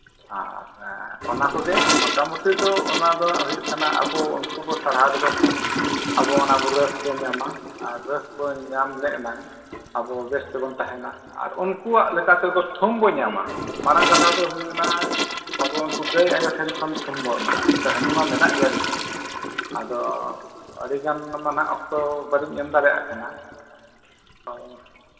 ᱟᱨ ᱚᱱᱟ ᱠᱚᱜᱮ ᱢᱳᱴᱟᱢᱩᱴᱤ ᱫᱚ ᱚᱱᱟ ᱫᱚ ᱦᱟᱸᱜ ᱦᱩᱭᱩᱜ ᱠᱟᱱᱟ ᱟᱵᱚ ᱩᱱᱠᱩ ᱵᱚᱱ ᱥᱟᱨᱦᱟᱣ ᱞᱮᱠᱚ ᱠᱷᱟᱱ ᱟᱵᱚ ᱚᱱᱟ ᱨᱟᱹᱥᱠᱟᱹ ᱧᱟᱢᱟ ᱟᱨ ᱨᱟᱹᱥᱠᱟᱹ ᱧᱟᱢ ᱞᱮ ᱮᱱᱟᱝ ᱟᱵᱚ ᱵᱮᱥ ᱛᱮᱵᱚᱱ ᱛᱟᱦᱮᱱᱟ ᱟᱨ ᱩᱱᱠᱩᱣᱟᱜ ᱞᱮᱠᱟᱛᱮ ᱛᱷᱩᱢ ᱵᱚᱱ ᱧᱟᱢᱟ ᱢᱟᱲᱟᱝ ᱠᱟᱛᱷᱟ ᱫᱚ ᱦᱩᱭᱱᱟ ᱟᱵᱚ ᱩᱱᱠᱩ ᱜᱟᱹᱭᱩ ᱴᱷᱮᱱ ᱠᱷᱚᱱ ᱛᱷᱩᱢ ᱵᱚᱱ ᱮᱢᱟ ᱠᱟᱹᱦᱱᱤ ᱢᱟ ᱢᱮᱱᱟᱜ ᱜᱮᱭᱟ ᱟᱪᱪᱷᱟ ᱟᱫᱚ ᱟᱹᱰᱤᱜᱟᱱ ᱢᱟᱦᱟᱸᱜ ᱚᱠᱛᱚ ᱵᱟᱹᱞᱤᱧ ᱮᱢ ᱫᱟᱲᱮᱭᱟᱜ ᱠᱟᱱᱟ ᱦᱮᱸ